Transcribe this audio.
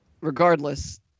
regardless